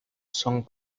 son